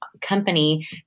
company